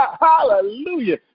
hallelujah